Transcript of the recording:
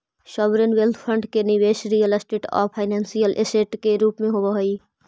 sovereign wealth fund के निवेश real estate आउ फाइनेंशियल ऐसेट के रूप में होवऽ हई